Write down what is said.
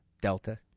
Delta